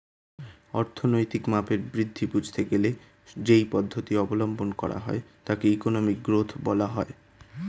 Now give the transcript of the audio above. অর্থনৈতিক মাপের বৃদ্ধি বুঝতে গেলে যেই পদ্ধতি অবলম্বন করা হয় তাকে ইকোনমিক গ্রোথ বলা হয়